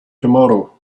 tomorrow